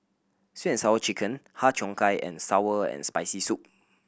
Sweet And Sour Chicken Har Cheong Gai and sour and Spicy Soup